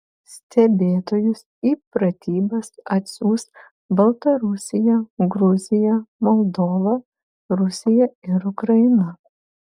stebėtojus į pratybas atsiųs baltarusija gruzija moldova rusija ir ukraina